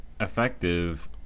effective